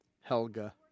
Helga